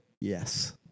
yes